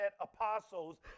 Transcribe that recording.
apostles